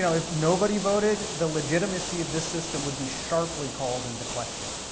you know if nobody voted, the legitimacy of this system would be sharply called into question.